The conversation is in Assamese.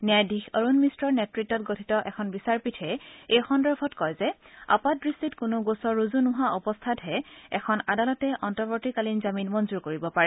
ন্যায়াধীশ অৰুণ মিশ্ৰৰ নেতৃত্বত গঠিত এখন বিচাৰপীঠে এই সন্দৰ্ভত কয় যে আপাত দৃষ্টিত কোনো গোচৰ ৰুজু নোহোৱা অৱস্থাতহে এখন আদালতে অন্তৰ্বৰ্তীকালীন জামিন মঞ্জৰ কৰিব পাৰে